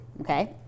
okay